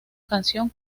canción